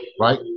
right